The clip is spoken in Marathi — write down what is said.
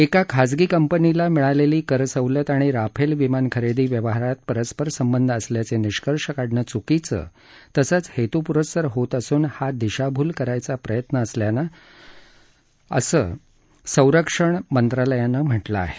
एका खासगी कंपनीला मिळालेली करसवलत आणि राफेल विमानखरेदी व्यवहारात परस्पर संबंध असल्याचे निष्कर्ष काढणं चुकीचं तसंच हेतुपुस्सर होत असून हा दिशाभूल करायचा प्रयत्न असल्यानं संरक्षण मंत्रालयानं म्हटलं आहे